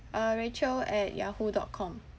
uh rachel at yahoo dot com